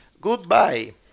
Goodbye